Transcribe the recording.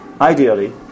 Ideally